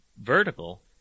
vertical